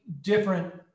different